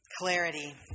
clarity